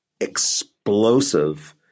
explosive